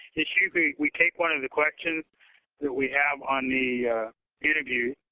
it's usually we take one of the questions that we have on the interview.